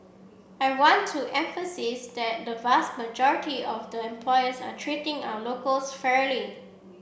I want to emphasise that the vast majority of the employers are treating our locals fairly